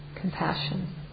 compassion